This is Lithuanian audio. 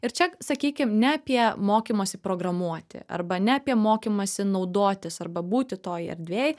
ir čia sakykim ne apie mokymosi programuoti arba ne apie mokymąsi naudotis arba būti toj erdvėj